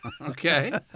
okay